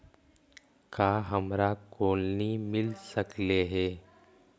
का हमरा कोलनी मिल सकले हे?